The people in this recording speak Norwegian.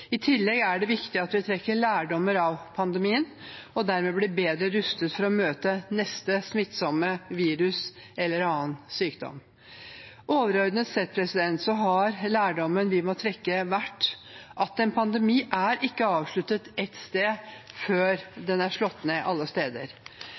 I tillegg er det viktig at vi trekker lærdommer av pandemien og dermed blir bedre rustet for å møte neste smittsomme virus eller annen sykdom. Overordnet sett har lærdommen vi må trekke vært at en pandemi ikke er avsluttet et sted før